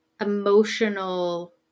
emotional